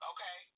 Okay